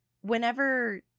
whenever